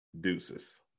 deuces